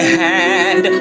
hand